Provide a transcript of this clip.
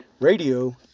radio